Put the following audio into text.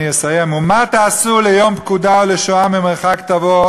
ומה תעשו ליום פקודה ולשואה ממרחק תבוא,